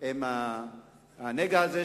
עם הנגע הזה,